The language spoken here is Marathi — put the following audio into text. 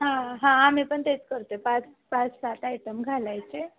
हां हां आम्ही पण तेच करतो पाच पाच सात आयटम घालायचे